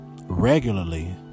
regularly